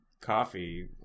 coffee